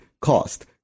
cost